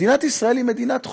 מדינת ישראל היא מדינת חוק.